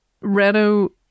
Renault